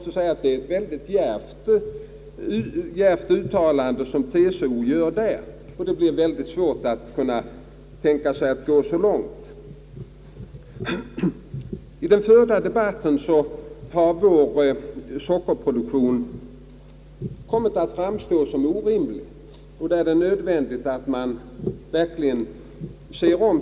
Enligt min mening är det uttalandet mycket djärvt. Det blir väldigt svårt att gå så långt. I den förda debatten har vår sockerproduktion kommit att framstå som orimlig, där är det nödvändigt att man verkligen tänker om.